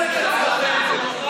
הנשים אצלכם?